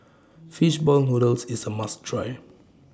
Fish Ball Noodles IS A must Try